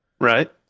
Right